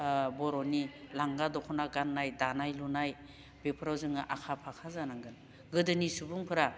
बर'नि लांगा दखना गाननाय दानाय लुनाय बेफोराव जोङो आखा फाखा जानांगोन गोदोनि सुबुंफोरा